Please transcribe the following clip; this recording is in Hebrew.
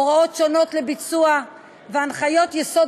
הוראות שונות לביצוע והנחיות יסוד